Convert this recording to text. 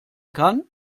kann